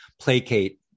placate